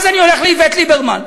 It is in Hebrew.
אז אני הולך לאיווט ליברמן,